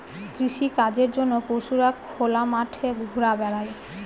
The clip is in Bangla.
কৃষিকাজের জন্য পশুরা খোলা মাঠে ঘুরা বেড়ায়